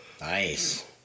Nice